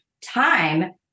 time